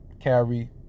carry